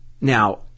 Now